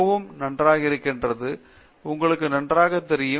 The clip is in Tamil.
மிகவும் நன்றாக இருக்கிறது உங்களுக்கு நன்றாக தெரியும்